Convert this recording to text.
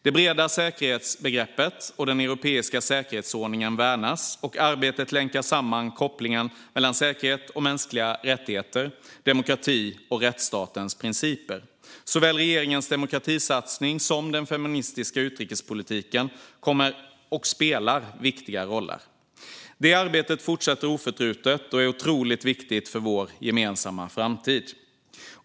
Det breda säkerhetsbegreppet och den europeiska säkerhetsordningen värnas, och arbetet länkar samman kopplingen mellan säkerhet och mänskliga rättigheter, demokrati och rättsstatens principer. Såväl regeringens demokratisatsning som den feministiska utrikespolitiken kommer här att spela, och spelar, viktiga roller. Detta arbete fortsätter oförtrutet och är otroligt viktigt för vår gemensamma framtid.